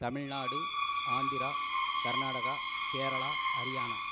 Tamil Nadu Andhra Karnataka Kerala Haryana